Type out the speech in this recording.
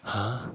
!huh!